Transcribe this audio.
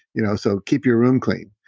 you know so keep your room clean.